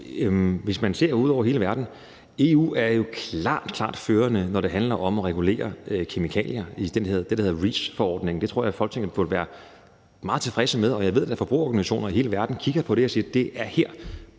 hvis man ser ud over hele verden, er EU klart, klart førende, når det handler om at regulere kemikalier, nemlig i det, der hedder REACH-forordningen. Det tror jeg Folketinget kan være meget tilfreds med, og jeg ved da, at forbrugerorganisationer i hele verden kigger på det og siger: Det er her,